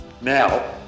Now